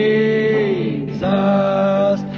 Jesus